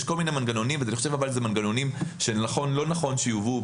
יש כל מיני מנגנונים ואני חושב שזה מנגנונים שלא נכון שיובאו